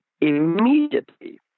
immediately